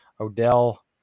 Odell